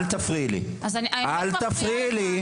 אל תפריעי לי,